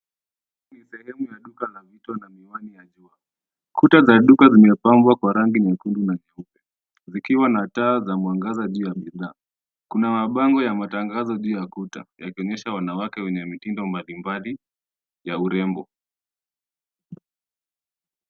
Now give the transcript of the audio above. Kuta za duka zimepambwa kwa rangi nyekundu na kahawia, zikiwa na taa za mwangaza juu ya bidhaa. Kuna mabango ya matangazo juu ya kuta, yakionyesha wanawake wenye mitindo mbalimbali ya urembo.